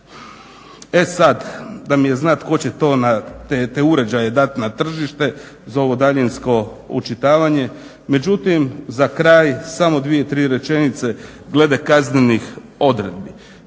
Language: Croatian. E sad, da mi je znat tko će to, te uređaje dat na tržište za ovo daljinsko očitavanje. Međutim, za kraj samo dvije, tri rečenice glede kaznenih odredbi.